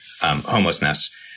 homelessness